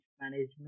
management